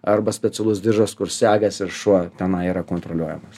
arba specialus diržas kur segasi ir šuo tenai yra kontroliuojamas